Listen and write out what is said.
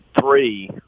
three